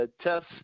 test